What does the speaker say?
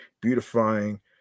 beautifying